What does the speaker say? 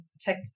tech